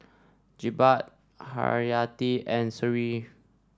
Jebat Haryati and Sofea